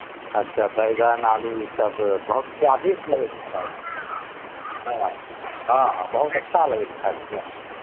अच्छा बैगन आलू ई सब बहुत स्वादिस्ट लगै छै खाईमे हॅंं हॅं हॅंं बहुत अच्छा लगै छै खाईमे स्वा